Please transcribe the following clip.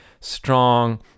strong